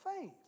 faith